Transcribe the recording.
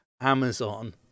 Amazon